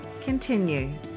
continue